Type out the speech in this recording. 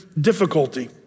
difficulty